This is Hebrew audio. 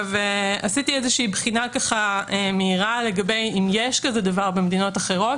עשיתי בחינה מהירה לגבי השאלה האם יש דבר כזה במדינות אחרות,